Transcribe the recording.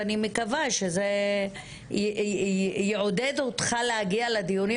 ואני מקווה שזה יעודד אותך להגיע לדיונים